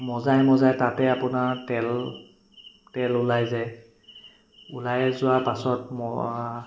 মজাই মজাই তাতে আপোনাৰ তেল তেল ওলাই যায় ওলাই যোৱা পাছত মই